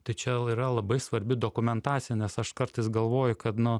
tai čia jau yra labai svarbi dokumentacija nes aš kartais galvoju kad nu